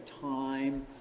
time